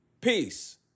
Peace